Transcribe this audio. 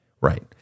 Right